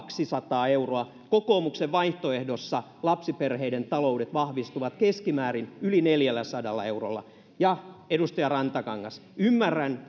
yli kaksisataa euroa kokoomuksen vaihtoehdossa lapsiperheiden taloudet vahvistuvat keskimäärin yli neljälläsadalla eurolla ja edustaja rantakangas ymmärrän